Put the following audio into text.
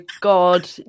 God